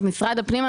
משרד הפנים,